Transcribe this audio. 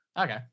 Okay